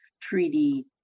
treaty